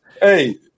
Hey